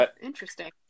Interesting